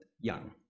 young